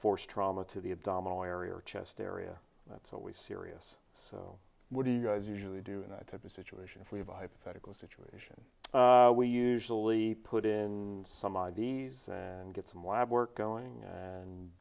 force trauma to the abdominal area or chest area that's always serious so what do you guys usually do in that type of situation if we have a hypothetical situation we usually put in some of these and get some lab work going and